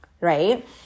right